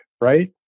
right